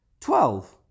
Twelve